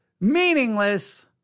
meaningless